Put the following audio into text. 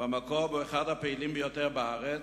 במקום הוא אחד הפעילים ביותר בארץ,